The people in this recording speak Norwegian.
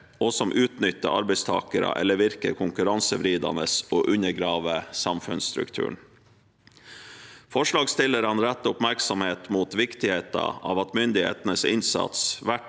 nytter arbeidstakere eller virker konkurransevridende og undergraver samfunnsstrukturen. Forslagsstillerne retter oppmerksomheten mot viktigheten av at myndighetenes innsats,